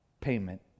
payment